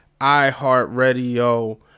iHeartRadio